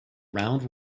round